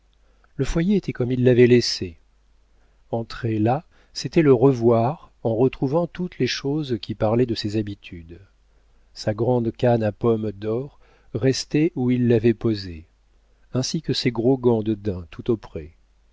le foyer était comme il l'avait laissé entrer là c'était le revoir en retrouvant toutes les choses qui parlaient de ses habitudes sa grande canne à pomme d'or restait où il l'avait posée ainsi que ses gros gants de daim tout